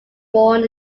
born